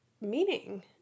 meaning